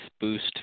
boost